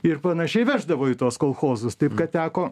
ir panašiai veždavo į tuos kolchozus taip kad teko